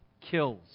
kills